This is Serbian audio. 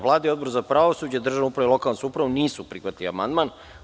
Vlada i Odbor za pravosuđe, državnu upravu i lokalnu samoupravu nisu prihvatili ovaj amandman.